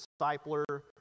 discipler